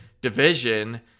division